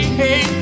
hey